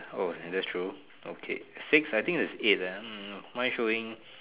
oh then that's true okay six I think there's eight eh hmm mine showing